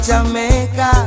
Jamaica